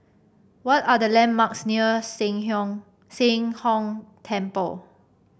what are the landmarks near Sheng Sheng Hong Temple